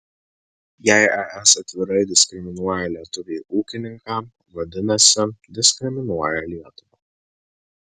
jei es atvirai diskriminuoja lietuvį ūkininką vadinasi diskriminuoja lietuvą